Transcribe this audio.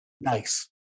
Nice